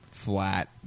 flat